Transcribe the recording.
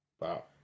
Wow